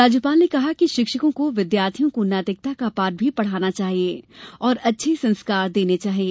राज्यपाल ने कहा कि शिक्षकों को विद्यार्थियों को नैतिकता का पाठ भी पढ़ाना चाहिये और अच्छे संस्कार देना चाहिए